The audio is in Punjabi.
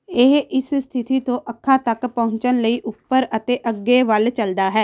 ਇਹ ਇਸ ਸਥਿੱਤੀ ਤੋਂ ਅੱਖਾਂ ਤੱਕ ਪਹੁੰਚਣ ਲਈ ਉੱਪਰ ਅਤੇ ਅੱਗੇ ਵੱਲ ਚੱਲਦਾ ਹੈ